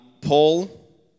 Paul